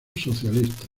socialista